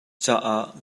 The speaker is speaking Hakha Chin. caah